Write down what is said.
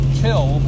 kill